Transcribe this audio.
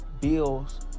Bill's